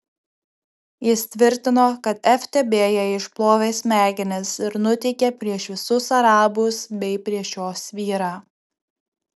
jis tvirtino kad ftb jai išplovė smegenis ir nuteikė prieš visus arabus bei prieš jos vyrą